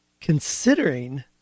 considering